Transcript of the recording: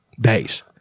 days